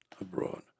abroad